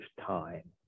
time